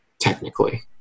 technically